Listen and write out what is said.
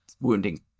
wounding